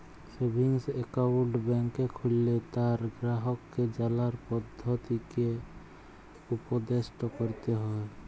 savings account ব্যাংকে খুললে তার গেরাহককে জালার পদধতিকে উপদেসট ক্যরতে হ্যয়